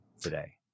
today